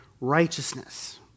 righteousness